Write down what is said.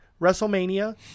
WrestleMania